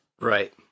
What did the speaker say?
Right